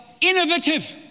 innovative